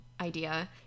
idea